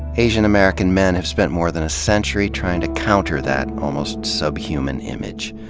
asian american men have spent more than a century trying to counter that almost subhuman image.